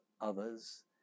others